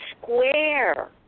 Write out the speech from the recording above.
square